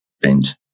bent